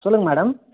சொல்லுங்கள் மேடம்